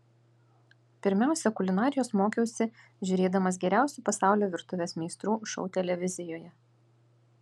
pirmiausia kulinarijos mokiausi žiūrėdamas geriausių pasaulio virtuvės meistrų šou televizijoje